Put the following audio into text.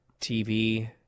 TV